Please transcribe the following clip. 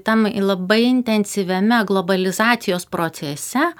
tam labai intensyviame globalizacijos procese